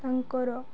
ତାଙ୍କର